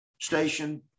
station